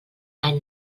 any